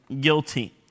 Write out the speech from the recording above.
guilty